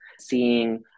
seeing